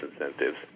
incentives